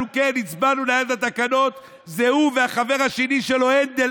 הצבענו נגד התקנות הן הוא והחבר השני שלו הנדל.